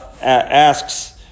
asks